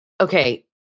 Okay